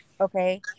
okay